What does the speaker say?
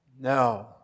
No